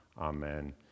Amen